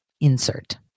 insert